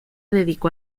dedicó